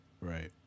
Right